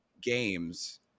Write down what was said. games